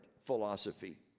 philosophy